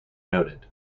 noted